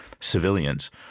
civilians